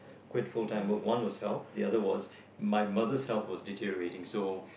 quit full time work one was health the other was my mother's health was deteriorating so